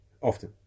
Often